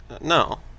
no